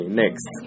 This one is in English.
next